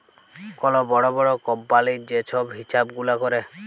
call বড় বড় কম্পালির যে ছব হিছাব গুলা ক্যরে